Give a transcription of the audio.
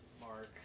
Mark